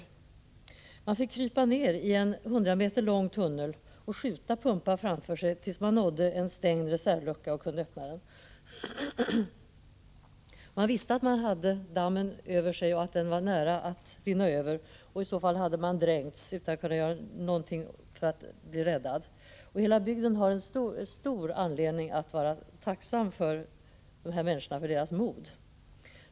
Brandmännen fick krypa ned i en 100 m lång tunnel och skjuta pumpar framför sig tills de nådde reservluckan och kunde öppna den. Brandmännen visste att de hade dammen över sig, att den var nära att översvämmas och att de då hade dränkts utan att kunna göra någonting för att bli räddade. Hela bygden har stor anledning att vara tacksam mot de här människorna för deras mod!